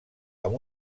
amb